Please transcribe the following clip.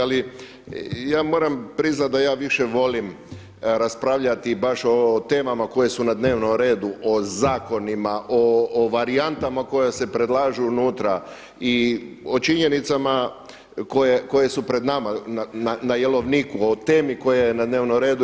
Ali ja moram priznati da ja više volim raspravljati baš o temama koje su na dnevnom redu, o zakonima, o varijantama koje se predlažu unutra i o činjenicama koje su pred nama na jelovniku, o temi koja je na dnevnom redu.